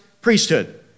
priesthood